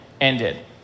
ended